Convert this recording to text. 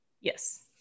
Yes